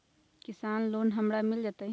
किसान लोन हमरा मिल जायत?